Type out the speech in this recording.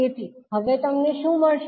તેથી હવે તમને શું મળશે